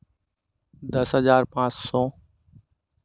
दस हज़ार पाँच सौ